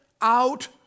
out